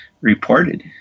reported